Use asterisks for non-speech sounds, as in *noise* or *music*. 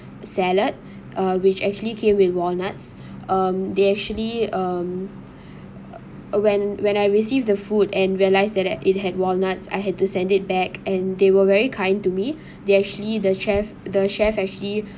salad uh which actually came with walnuts *breath* um they actually um when when I received the food and realised that it had walnuts I had to send it back and they were very kind to me *breath* they actually the chef the chef actually